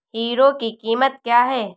Hero की कीमत क्या है?